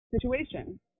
situation